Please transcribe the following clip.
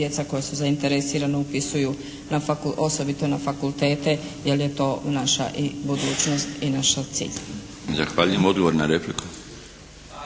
djeca koja su zainteresirana upisuju, osobito na fakultete jer je to naša i budućnost i naš cilj. **Milinović, Darko